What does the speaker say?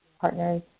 partners